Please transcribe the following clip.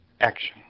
action